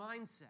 mindset